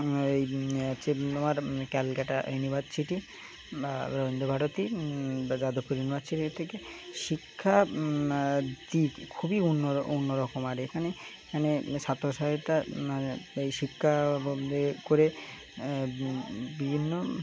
এই হচ্ছে আমার ক্যালকাটা ইউনিভার্সিটি বা রবীন্দ্রভারতী বা যাদবপুর ইউনিভার্সিটির থেকে শিক্ষা দিক খুবই অন্যরকম আর এখানে এখানে ছাত্র সহায়তা এই শিক্ষা করে বিভিন্ন